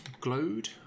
glowed